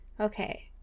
Okay